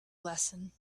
lesson